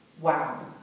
wow